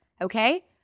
okay